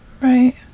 Right